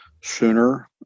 sooner